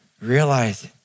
realize